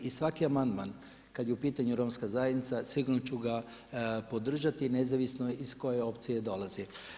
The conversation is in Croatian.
I svaki amandman kada je u pitanju romska zajednica sigurno ću ga podržati nezavisno iz koje opcije dolazi.